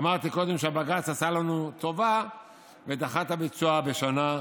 ואמרתי קודם שבג"ץ עשה לנו טובה ודחה את הביצוע בשנה,